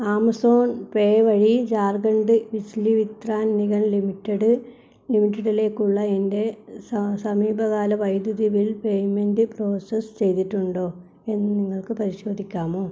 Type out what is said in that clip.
Amazon Pay വഴി ജാർഖണ്ഡ് ബിജ്ലി വിത്രാൻ നിഗം ലിമിറ്റഡിലേക്കുള്ള എൻ്റെ സമീപകാല വൈദ്യുതി ബിൽ പേയ്മെൻ്റ് പ്രോസസ്സ് ചെയ്തിട്ടുണ്ടോ എന്നു നിങ്ങൾക്കു പരിശോധിക്കാമോ